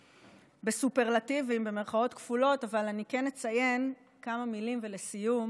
ב"סופרלטיבים", אבל אני כן אציין כמה מילים לסיום